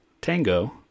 Tango